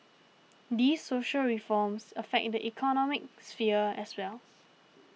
these social reforms affect the economic sphere as well